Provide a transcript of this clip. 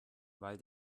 weil